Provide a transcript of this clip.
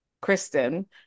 Kristen